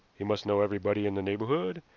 he must know everybody in the neighborhood,